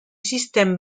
système